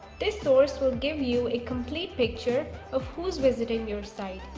this source will give you a complete picture of who's visiting your site.